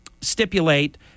stipulate